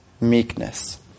meekness